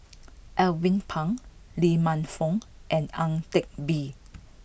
Alvin Pang Lee Man Fong and Ang Teck Bee